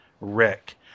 Rick